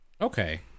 Okay